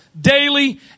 daily